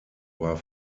war